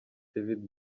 david